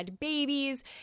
babies